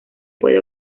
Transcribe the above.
puede